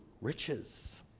riches